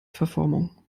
verformung